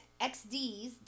XD's